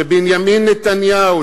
בנימין נתניהו,